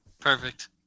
Perfect